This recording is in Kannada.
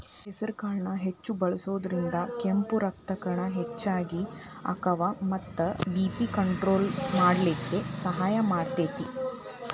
ಹೆಸರಕಾಳನ್ನ ಹೆಚ್ಚ್ ಬಳಸೋದ್ರಿಂದ ಕೆಂಪ್ ರಕ್ತಕಣ ಹೆಚ್ಚಗಿ ಅಕ್ಕಾವ ಮತ್ತ ಬಿ.ಪಿ ಕಂಟ್ರೋಲ್ ಮಾಡ್ಲಿಕ್ಕೆ ಸಹಾಯ ಮಾಡ್ತೆತಿ